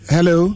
Hello